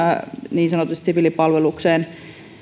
niin sanotusti siviilipalvelukseen